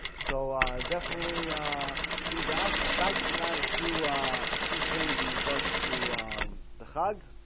so i definitely do that aside from that a few a few things in regards to the hug